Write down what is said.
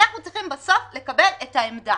אנחנו צריכים בסוף לקבל את העמדה,